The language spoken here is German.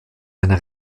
eine